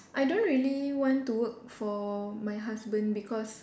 I don't really want to work for my husband because